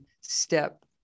step